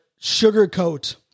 sugarcoat